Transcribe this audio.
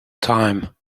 time